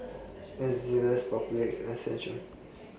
Papulex and Centrum